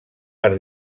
per